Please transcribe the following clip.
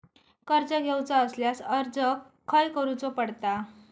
कर्ज घेऊचा असल्यास अर्ज खाय करूचो पडता?